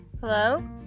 hello